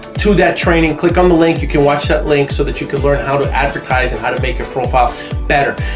to that training, click on the link, you can watch that link so that you could learn how to advertise and how to make your profile better.